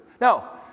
Now